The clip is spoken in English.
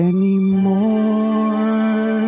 Anymore